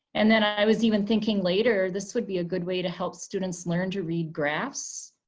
and then i was even thinking later, this would be a good way to help students learn to read graphs.